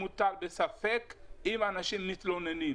מוטל בספק אם האנשים מתלוננים,